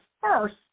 first